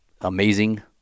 amazing